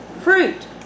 fruit